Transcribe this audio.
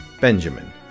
Benjamin